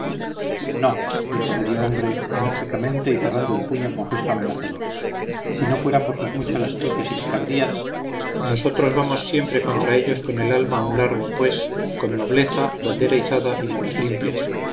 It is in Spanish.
no dijo medio hombre enérgicamente y cerrando el con gesto amenazador si no fuera por sus muchas astucias y picardías nosotros vamos siempre contra ellos con el alma a un largo pues con nobleza bandera izada y manos limpias